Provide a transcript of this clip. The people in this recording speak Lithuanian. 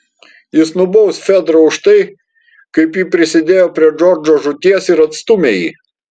jis nubaus fedrą už tai kaip ji prisidėjo prie džordžo žūties ir atstūmė jį